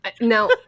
now